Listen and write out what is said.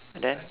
then